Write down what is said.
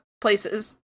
places